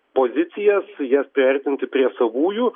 pozicijas jas priartinti prie savųjų